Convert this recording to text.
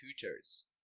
tutors